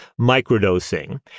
microdosing